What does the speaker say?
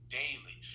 daily